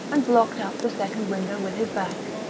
and blocked up the second window with his back.